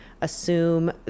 assume